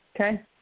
Okay